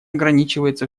ограничивается